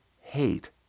hate